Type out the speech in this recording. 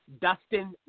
Dustin